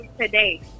today